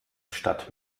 statt